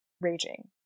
raging